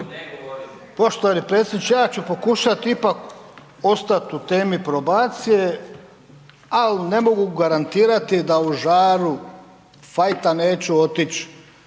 Poštovani predsjedniče, ja ću pokušat ipak ostat u temi probacije, al ne mogu garantirati da u žaru fajta neću otić